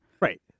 Right